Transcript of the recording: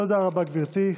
תודה רבה, גברתי.